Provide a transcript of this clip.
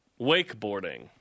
wakeboarding